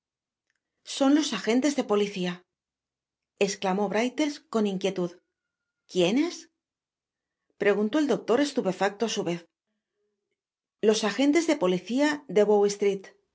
son los agentes de policia esclamó brittles con inquietud quiénes preguntó el doctor estupefacto á su vez los agentes de policia de